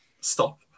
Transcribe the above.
stop